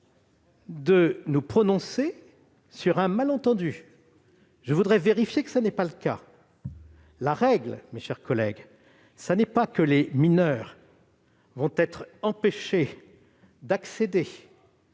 de nous prononcer sur un malentendu, et je voudrais vérifier que ce n'est pas le cas. La règle, mes chers collègues, ce n'est pas que les mineurs vont être empêchés d'accéder,